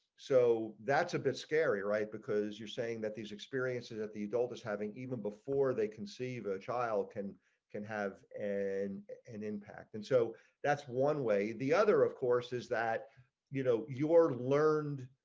so that's a bit scary right because you're saying that these experiences at the gold is having even before they conceive a child can can have and an impact and so that's one way the other of course is that you know you are learned